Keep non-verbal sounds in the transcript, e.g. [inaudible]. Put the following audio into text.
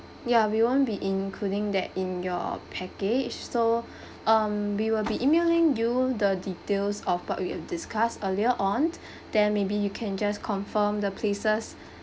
ya we won't be including that in your package so [breath] um we will be emailing you the details of what we uh discussed earlier on then maybe you can just confirm the places